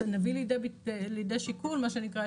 להביא לידי שיקול מה שנקרא,